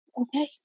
Okay